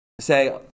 say